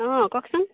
অঁ কওকচোন